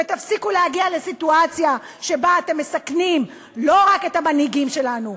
ותפסיקו להגיע לסיטואציה שבה אתם מסכנים לא רק את המנהיגים שלנו,